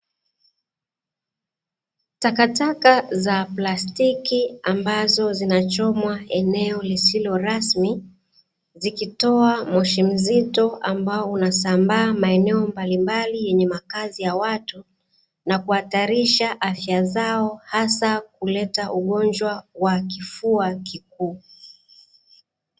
Takataka za plastiki ambazo zinachomwa eneo lisilo rasmi, zikitoa moshi mzito ambao unasambaa maeneo mbalimbali yenye makazi ya watu, na kuhatarisha afya zao hasa kuleta ugonjwa wa kifua kikuu.